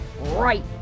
Right